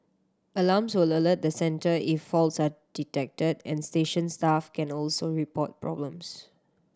alarms will alert the centre if faults are detected and station staff can also report problems